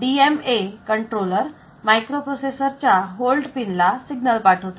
D M A controller microprocessor च्या hold पिनला signal पाठवतो